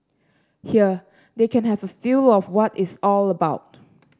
here they can have a feel of what it's all about